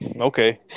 Okay